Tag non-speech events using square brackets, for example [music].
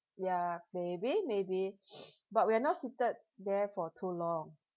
ya maybe maybe [noise] but we're not seated there for too long